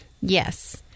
Yes